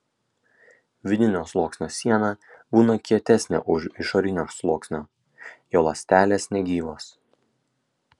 vidinio sluoksnio siena būna kietesnė už išorinio sluoksnio jo ląstelės negyvos